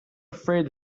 afraid